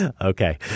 Okay